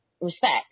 respect